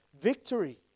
victory